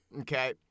okay